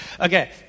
Okay